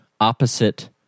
opposite